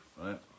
right